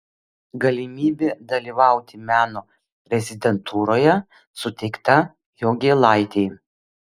galimybė dalyvauti meno rezidentūroje suteikta jogėlaitei